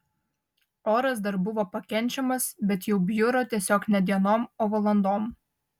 oras dar buvo pakenčiamas bet jau bjuro tiesiog ne dienom o valandom